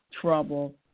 trouble